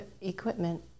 equipment